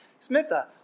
Smitha